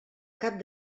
cap